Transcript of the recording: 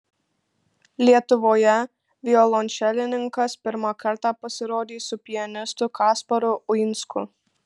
lietuvoje violončelininkas pirmą kartą pasirodys su pianistu kasparu uinsku